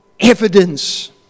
Evidence